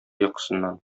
йокысыннан